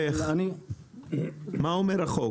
מה אומר החוק?